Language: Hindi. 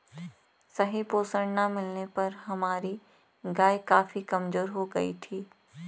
सही पोषण ना मिलने पर हमारी गाय काफी कमजोर हो गयी थी